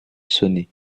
sonnet